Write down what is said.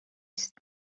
است